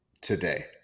today